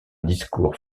discours